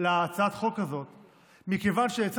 להצעת החוק הזאת היא שמכיוון שלצד